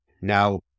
Now